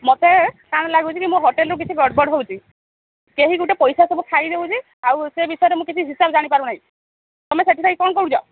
ମୋତେ କାଣା ଲାଗୁଛି କି ମୋ ହୋଟେଲରୁ କିଛି ଗଡ଼ବଡ଼ ହେଉଛି କେହି ଗୋଟେ ପଇସା ସବୁ ଖାଇ ଦେଉଛି ଆଉ ସେ ବିଷୟରେ ମୁଁ କିଛି ହିସାବରେ ଜାଣିପାରୁନାହିଁ ତୁମେ ସେଠି ଥାଇ କ'ଣ କରୁଛ